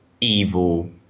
evil